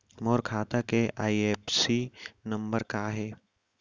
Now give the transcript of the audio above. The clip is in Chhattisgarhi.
मोर खाता के आई.एफ.एस.सी नम्बर का हे?